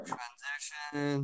Transition